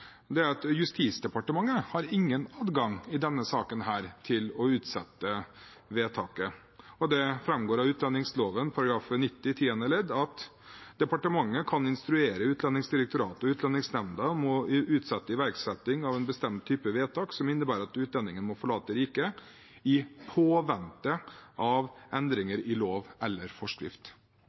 nå, er at Justisdepartementet ikke har noen adgang til å utsette vedtaket i denne saken. Det framgår av utlendingsloven § 90 tiende ledd at departementet kan instruere Utlendingsdirektoratet og Utlendingsnemnda om å utsette iverksetting av en bestemt type vedtak som innebærer at utlendingen må forlate riket, i påvente av endringer i lov eller forskrift.